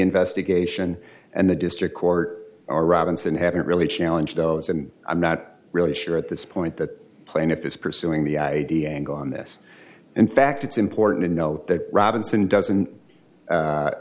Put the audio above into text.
investigate and the district court or robinson haven't really challenge those and i'm not really sure at this point that plaintiff is pursuing the id angle on this in fact it's important to know that robinson doesn't